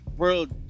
world